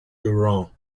durand